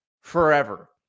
forever